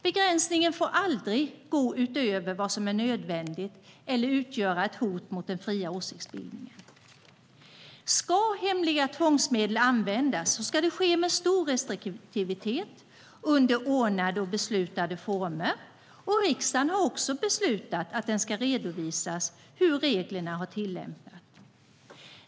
Begränsningarna får aldrig gå utöver vad som är nödvändigt eller utgöra ett hot mot den fria åsiktsbildningen. Ska hemliga tvångsmedel användas ska det ske med stor restriktivitet och under ordnade och beslutade former, och riksdagen har också beslutat att det ska redovisas hur reglerna har tillämpats.